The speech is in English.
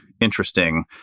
interesting